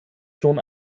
schon